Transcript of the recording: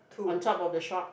on top of the shop